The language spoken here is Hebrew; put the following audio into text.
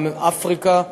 גם אפריקה,